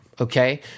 okay